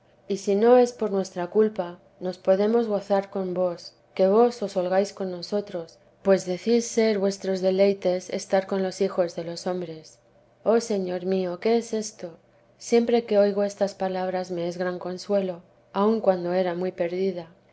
y si no es por nuestra culpa nos podemos gozar con vos que vos os holgáis con nosotros pues decís ser vuestros deleites estar con los hijos de los hombres oh señor mío qué es esto siempre que oigo estas palabras me es gran consuelo aun cuando era muy perdida